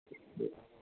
ꯎꯝ